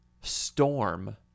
Storm